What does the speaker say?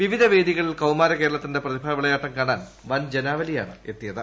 വിവിധ വേദികളിൽ കൌമാര കേരളത്തിന്റെ പ്രതിഭാ വിളയാട്ടം കാണാൻ വൻ ജനാവലിയാണ് എത്തിയത്